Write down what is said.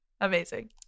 Amazing